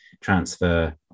transfer